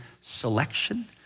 selection